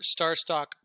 starstock